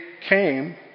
came